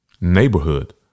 neighborhood